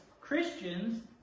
Christians